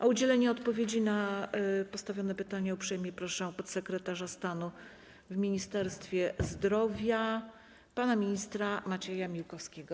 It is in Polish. O udzielenie odpowiedzi na postawione pytania uprzejmie proszę podsekretarza stanu w Ministerstwie Zdrowia pana ministra Macieja Miłkowskiego.